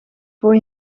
voor